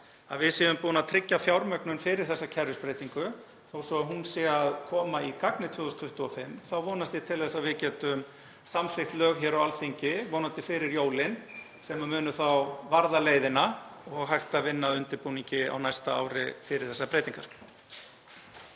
að við séum búin að tryggja fjármögnun fyrir þessa kerfisbreytingu. Þó svo að hún sé að koma í gagnið 2025 þá vonast ég til þess að við getum samþykkt lög hér á Alþingi, vonandi fyrir jólin, sem munu þá varða leiðina og hægt að vinna að undirbúningi á næsta ári fyrir þessar breytingar.